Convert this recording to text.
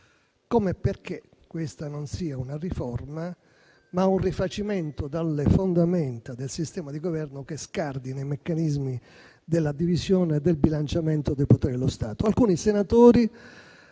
come e perché questa sia non una riforma, ma un rifacimento dalle fondamenta del sistema di governo che scardina i meccanismi della divisione e del bilanciamento dei poteri dello Stato. Alcuni senatori